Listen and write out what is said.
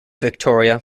victoria